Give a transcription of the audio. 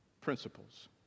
principles